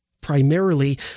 primarily